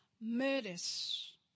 murders